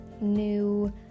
new